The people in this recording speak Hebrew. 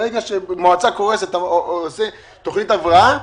ברגע שמועצה קורסת ועושים תכנית הבראה,